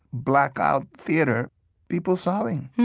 blackout theater people sobbing.